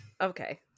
Okay